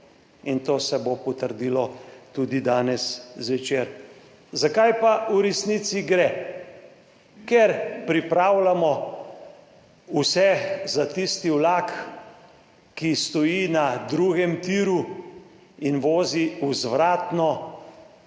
in to se bo potrdilo tudi danes zvečer. Za kaj pa v resnici gre? Ker pripravljamo vse za tisti vlak, ki stoji na drugem tiru in vozi vzvratno